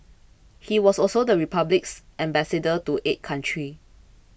he was also the Republic's Ambassador to eight countries